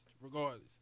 regardless